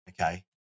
okay